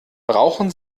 brauchen